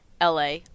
LA